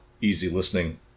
easy-listening